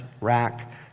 rack